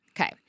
Okay